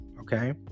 okay